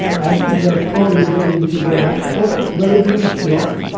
at this restaurant using the eatigo app for that twelve noon slot.